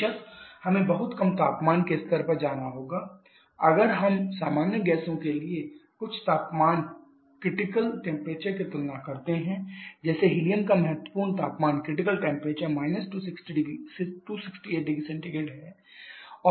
बेशक हमें बहुत कम तापमान के स्तर पर जाना होगा अगर हम सामान्य गैसों के लिए कुछ महत्वपूर्ण तापमानों की तुलना करते हैं जैसे हीलियम का महत्वपूर्ण तापमान − 268 0C है